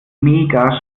mega